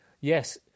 Yes